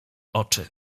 oczy